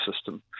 system